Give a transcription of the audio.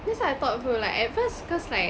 that's what I thought also like at first cause like